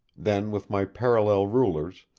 then, with my parallel rulers,